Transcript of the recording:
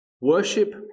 Worship